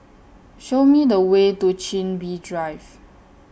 Show Me The Way to Chin Bee Drive